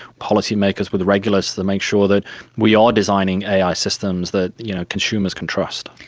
policymakers, with the regulators, to make sure that we are designing ai systems that you know consumers can trust.